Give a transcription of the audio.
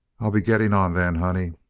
i'll be getting on, then, honey.